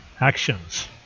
actions